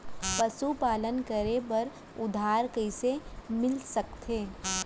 पशुपालन करे बर उधार कइसे मिलिस सकथे?